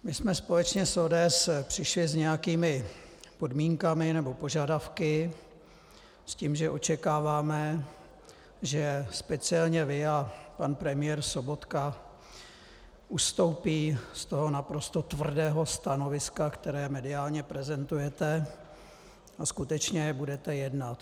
My jsme společně s ODS přišli s nějakými podmínkami nebo požadavky, s tím, že očekáváme, že speciálně vy a pan premiér Sobotka ustoupí z toho naprosto tvrdého stanoviska, které mediálně prezentujete, a skutečně budete jednat.